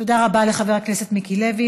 תודה רבה לחבר הכנסת מיקי לוי.